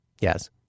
Yes